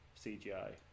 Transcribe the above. CGI